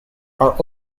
are